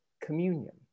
communion